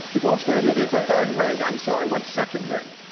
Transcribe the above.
the gold standard that's third rate, i'm sorry, what's second rate?